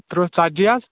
ترٛہ ژَتجی حظ